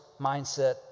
mindset